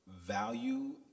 value